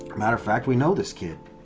matter of fact, we know this kid.